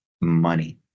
money